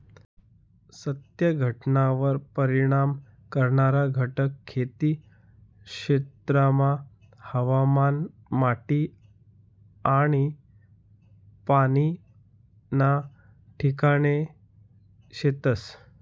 सत्य घटनावर परिणाम करणारा घटक खेती क्षेत्रमा हवामान, माटी आनी पाणी ना ठिकाणे शेतस